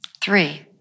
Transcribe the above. Three